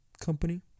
company